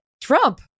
Trump